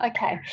Okay